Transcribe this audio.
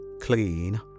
clean